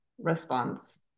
response